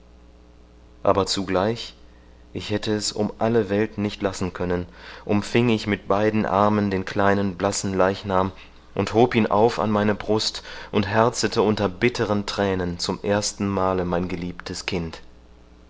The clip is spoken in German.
aber zugleich ich hätte es um alle welt nicht lassen können umfing ich mit beiden armen den kleinen blassen leichnam und hob ihn auf an meine brust und herzete unter bitteren thränen zum ersten male mein geliebtes kind